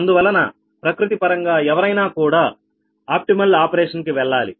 అందువలన ప్రకృతి పరంగా ఎవరైనా కూడా ఆప్టిమల్ ఆపరేషన్ కి వెళ్ళాలి